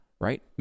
Right